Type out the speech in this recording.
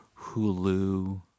Hulu